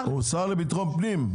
הוא שר לביטחון פנים,